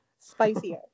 spicier